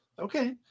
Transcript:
Okay